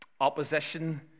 Opposition